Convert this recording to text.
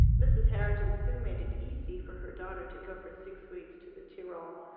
mrs. herriton soon made it easy for her daughter to go for six weeks to the tirol.